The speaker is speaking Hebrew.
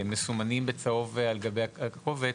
הם מסומנים בצהוב על גבי הקובץ,